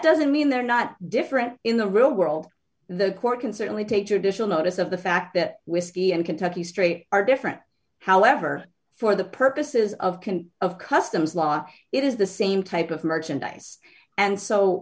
doesn't mean they're not different in the real world the court can certainly take traditional notice of the fact that whiskey and kentucky straight are different however for the purposes of can of customs law it is the same type of merchandise and so